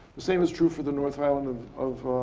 the same is true for the north island of